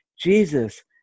Jesus